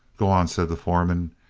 go on, said the foreman,